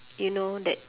you know that